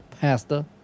pasta